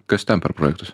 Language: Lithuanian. kas ten per projektas